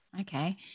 Okay